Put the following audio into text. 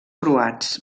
croats